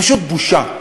פשוט בושה.